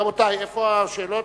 רבותי, איפה השאלות?